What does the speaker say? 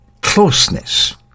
closeness